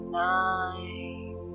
nine